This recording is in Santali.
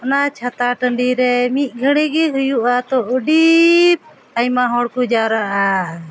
ᱚᱱᱟ ᱪᱷᱟᱛᱟ ᱴᱟᱺᱰᱤ ᱨᱮ ᱢᱤᱫᱜᱷᱟᱲᱤᱡ ᱜᱮ ᱦᱩᱭᱩᱜᱼᱟ ᱛᱳ ᱟᱹᱰᱤ ᱟᱭᱢᱟ ᱦᱚᱲ ᱠᱚ ᱡᱟᱣᱨᱟᱜᱼᱟ